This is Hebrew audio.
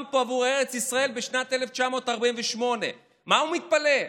פה עבור ארץ ישראל בשנת 1948. מה הוא מתפלא?